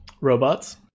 Robots